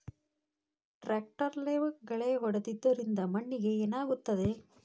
ಟ್ರಾಕ್ಟರ್ಲೆ ಗಳೆ ಹೊಡೆದಿದ್ದರಿಂದ ಮಣ್ಣಿಗೆ ಏನಾಗುತ್ತದೆ?